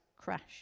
crash